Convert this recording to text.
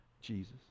Jesus